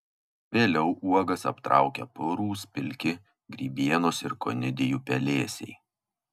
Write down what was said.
vėliau uogas aptraukia purūs pilki grybienos ir konidijų pelėsiai